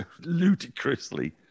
ludicrously